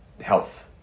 health